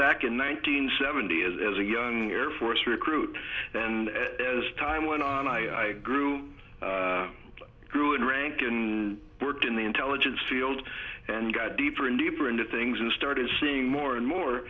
back in nineteen seventy is as a young year force recruit and as time went on i grew up grew in rank worked in the intelligence field and got deeper and deeper into things and started seeing more and more